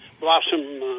Blossom